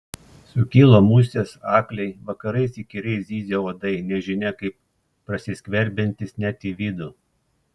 sukilo musės akliai vakarais įkyriai zyzė uodai nežinia kaip prasiskverbiantys net į vidų